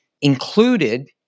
included